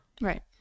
Right